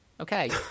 okay